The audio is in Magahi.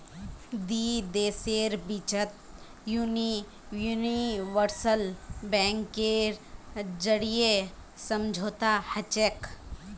दी देशेर बिचत यूनिवर्सल बैंकेर जरीए समझौता हछेक